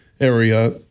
area